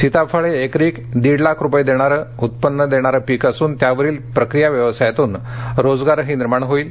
सीताफळ हे एकरी दीड लाख रूपये उत्पन्न देणारे पीक असून त्यावरील प्रक्रिया व्यवसायातून रोजगारही निर्माण होईल